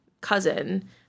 cousin